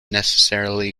necessarily